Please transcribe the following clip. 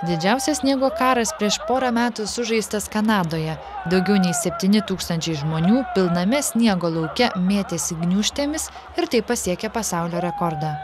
didžiausias sniego karas prieš porą metų sužaistas kanadoje daugiau nei septyni tūkstančiai žmonių pilname sniego lauke mėtėsi gniūžtėmis ir taip pasiekė pasaulio rekordą